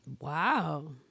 Wow